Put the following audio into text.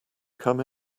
come